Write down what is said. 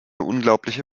unglaubliche